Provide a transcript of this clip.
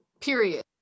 period